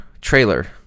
trailer